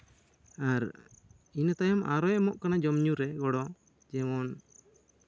ᱟᱨ ᱤᱱᱟᱹ ᱛᱟᱭᱚᱢ ᱟᱨᱚᱭ ᱮᱢᱚᱜ ᱠᱟᱱᱟ ᱡᱚᱢᱼᱧᱩ ᱨᱮ ᱜᱚᱲᱚ ᱡᱮᱢᱚᱱ